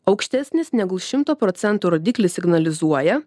aukštesnis negu šimto procentų rodiklis signalizuoja